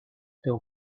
teu